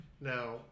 now